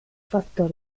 factor